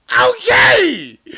okay